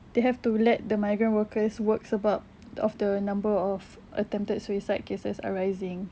they have to let the migrant workers work sebab of the number of attempted suicide cases are rising